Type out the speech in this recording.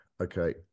okay